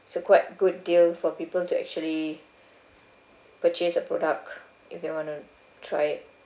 a quite good deal for people to actually purchase a product if they wanna try it